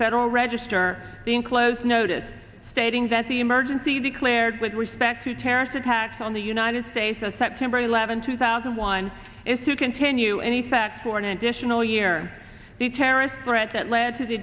federal register the enclosed notice stating that the emergency declared with respect to terrorist attacks on the united states as september eleventh two thousand and one is to continue in effect for an additional year the terrorist threat that led to the